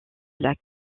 lac